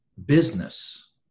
business